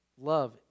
love